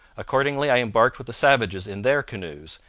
accordingly i embarked with the savages in their canoes,